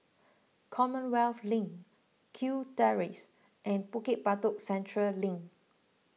Commonwealth Link Kew Terrace and Bukit Batok Central Link